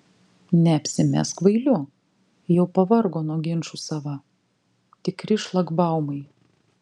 neapsimesk kvailiu jau pavargo nuo ginčų sava tikri šlagbaumai